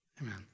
Amen